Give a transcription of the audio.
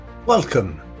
Welcome